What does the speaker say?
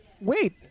Wait